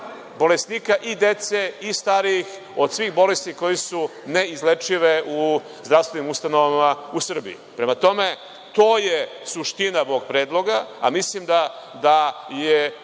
bolesnika i dece i starijih od svih bolesti koje su neizlečive u zdravstvenim ustanovama u Srbiji. Prema tome, to je suština mog predloga, a mislim da je